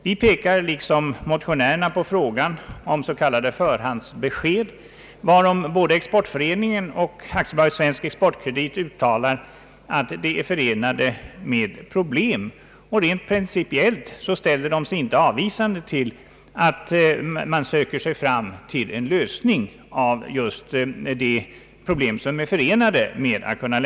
Vi pekar liksom motionärerna på frågan om s.k. förhandsbesked, varom både Exportföreningen och AB Svensk exportkredit uttalar att dessa är förenade med problem, och rent principiellt ställer de sig inte avvisande till att man söker sig fram till en lösning av problemen.